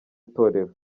itorero